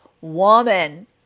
woman